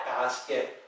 basket